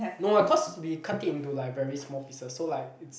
no ah cause we cut it into like very small pieces so like it's